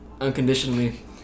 unconditionally